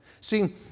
See